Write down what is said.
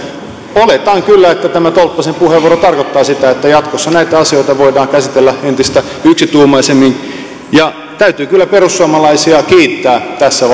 oletan kyllä että tämä tolppasen puheenvuoro tarkoittaa sitä että jatkossa näitä asioita voidaan käsitellä entistä yksituumaisemmin ja täytyy kyllä perussuomalaisia kiittää tässä